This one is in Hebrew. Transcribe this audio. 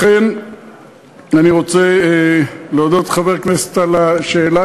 לכן אני רוצה להודות לחבר הכנסת על השאלה